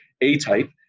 A-type